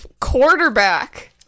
quarterback